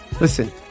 Listen